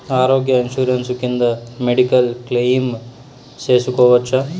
ఆరోగ్య ఇన్సూరెన్సు కింద medical claim సేసుకోవచ్చా?